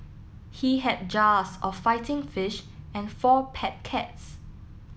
he had jars of fighting fish and four pet cats